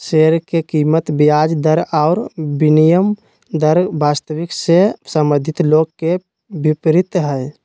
share के कीमत ब्याज दर और विनिमय दर वास्तविक से संबंधित लोग के विपरीत हइ